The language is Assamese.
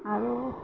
আৰু